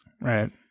right